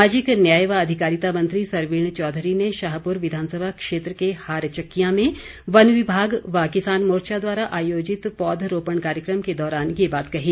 सामाजिक न्याय व अधिकारिता मंत्री सरवीण चौधरी ने शाहपुर विधानसभा क्षेत्र के हारचक्कियां में वन विभाग व किसान मोर्चा द्वारा आयोजित पौधरोपण कार्यक्रम के दौरान ये बात कही